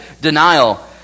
denial